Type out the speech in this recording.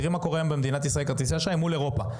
תראי מה קורה היום במדינת ישראל בכרטיסי האשראי מול אירופה.